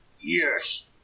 yes